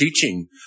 teaching